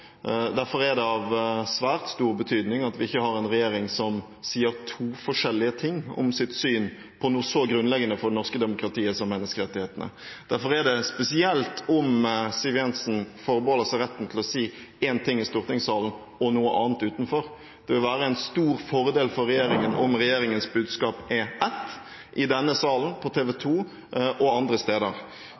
Derfor er det av svært stor betydning at vi ikke har en regjering som sier to forskjellige ting om sitt syn på noe så grunnleggende for det norske demokratiet som menneskerettighetene. Derfor er det spesielt om Siv Jensen forbeholder seg retten til å si én ting i stortingssalen og noe annet utenfor. Det vil være en stor fordel for regjeringen om regjeringens budskap er ett – i denne salen, på TV 2 og andre steder.